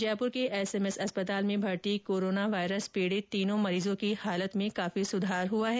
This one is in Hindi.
जयपुर के एसएमएस अस्पताल में भर्ती कोरोना वायरस पीडित तीनों मरीजों की हालत में काफी सुधार हुआ है